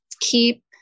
keep